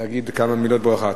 להגיד כמה מילות ברכה.